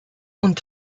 und